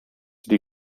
die